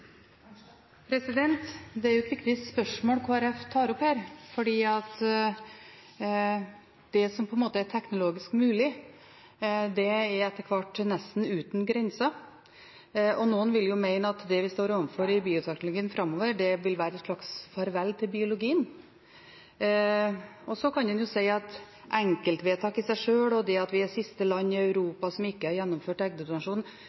Det er et viktig spørsmål Kristelig Folkeparti tar opp her. Det som er teknologisk mulig, er etter hvert nesten uten grenser, og noen vil jo mene at det vi står overfor i bioteknologien framover, vil være et slags farvel til biologien. Så kan en si at enkeltvedtak i seg sjøl og det at vi er siste land i